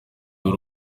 uri